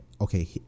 okay